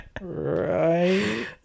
Right